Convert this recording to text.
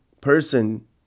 person